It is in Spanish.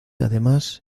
además